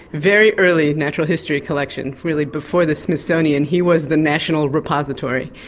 very early natural history collection, really before the smithsonian, he was the national repository.